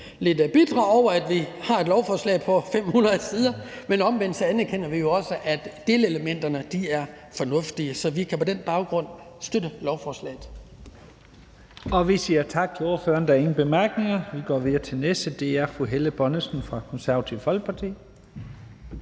lidt bitre over, at vi har et lovforslag på 500 sider, men omvendt anerkender vi jo også, at delelementerne er fornuftige. Så vi kan på den baggrund støtte lovforslaget.